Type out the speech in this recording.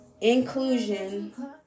inclusion